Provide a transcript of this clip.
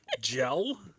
Gel